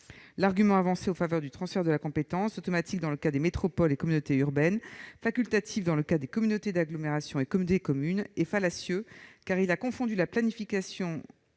L'argument avancé en faveur du transfert de la compétence- automatique dans le cas des métropoles et des communautés urbaines, facultatif dans le cas des communautés d'agglomération et des communautés de communes -est fallacieux, car il confond la planification